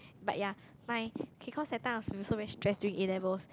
but ya my K cause that time I been so very stress during A-levels